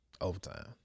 Overtime